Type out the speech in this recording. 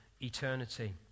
eternity